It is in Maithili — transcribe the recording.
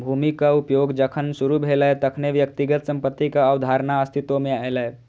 भूमिक उपयोग जखन शुरू भेलै, तखने व्यक्तिगत संपत्तिक अवधारणा अस्तित्व मे एलै